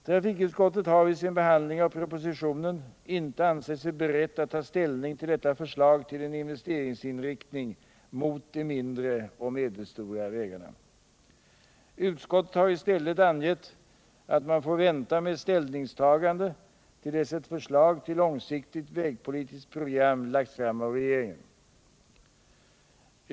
Trafikutskottet har vid sin behandling av propositionen inte ansett sig berett att ta ställning till detta förslag till en investeringsinriktning mot de mindre och medelstora vägarna. Utskottet har i stället angett att man får vänta med ett ställningstagande till dess ett förslag till långsiktigt vägpolitiskt program lagts fram av regeringen.